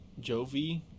Jovi